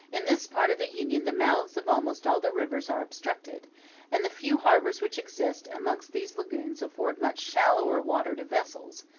in this part of the union the mouths of almost all the rivers are obstructed and the few harbors which exist amongst these lagoons afford much shallower water to vessels,